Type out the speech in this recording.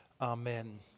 Amen